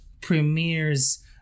premieres